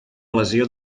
lesió